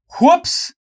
Whoops